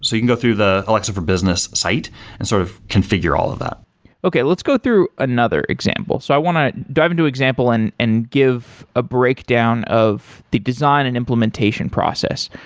so can go through the alexa for business site and sort of configure all of that okay, let's go through another example. so i want to drive into example and and give a breakdown of the design and implementation process,